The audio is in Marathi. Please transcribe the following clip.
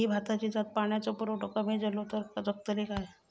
ही भाताची जात पाण्याचो पुरवठो कमी जलो तर जगतली काय?